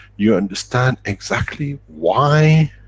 you understand exactly, why